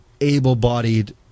able-bodied